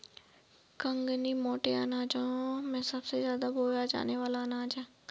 कंगनी मोटे अनाजों में सबसे ज्यादा बोया जाने वाला अनाज है